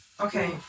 Okay